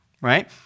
right